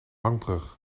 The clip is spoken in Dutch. hangbrug